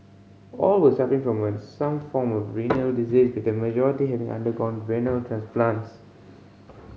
all were suffering from some form of renal disease with the majority having undergone renal transplants